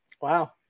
Wow